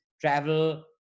travel